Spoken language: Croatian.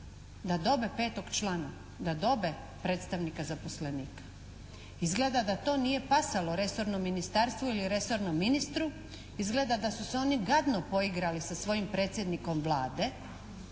da dobe 5 člana, da dobe predstavnika zaposlenika. Izgleda da to nije pasalo resornom ministarstvu ili resornom ministru, izgleda da su se oni gadno poigrali sa svojim predsjednikom Vlade,